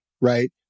right